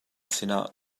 sinah